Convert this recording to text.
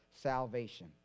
salvation